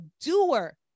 doer